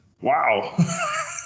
wow